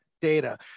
data